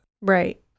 Right